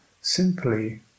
simply